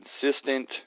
consistent